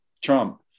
Trump